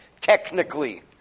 technically